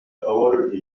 parole